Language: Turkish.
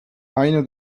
aynı